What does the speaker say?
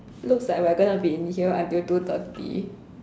looks like we're going to be in here until two thirty